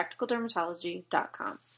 PracticalDermatology.com